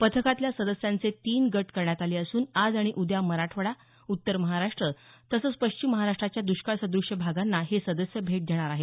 पथकातल्या सदस्यांचे तीन गट करण्यात आले असून आज आणि उद्या मराठवाडा उत्तर महाराष्ट्र तसंच पश्चिम महाराष्ट्राच्या द्ष्काळ सद्रश भागांना हे सदस्य भेट देणार आहेत